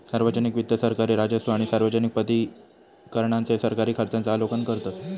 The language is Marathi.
सार्वजनिक वित्त सरकारी राजस्व आणि सार्वजनिक प्राधिकरणांचे सरकारी खर्चांचा आलोकन करतत